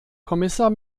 kommissar